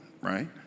right